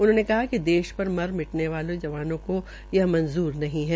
उन्होंने कहा कि देश भर पर मर मिटने वाले जवानों का यह मंजूर नहीं है